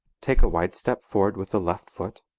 take a wide step forward with the left foot,